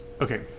okay